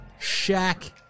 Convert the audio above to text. Shaq